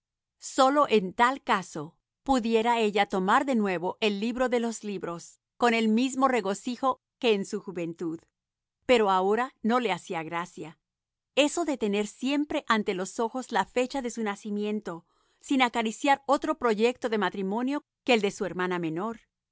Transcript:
sólo en tal caso pudiera ella tomar de nuevo el libro de los libros con el mismo regocijo que en su juventud pero ahora no le hacía gracia eso de tener siempre ante los ojos la fecha de su nacimiento sin acariciar otro proyecto de matrimonio que el de su hermana menor